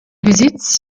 besitz